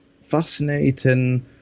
fascinating